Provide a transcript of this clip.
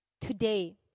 today